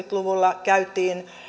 luvulla käytiin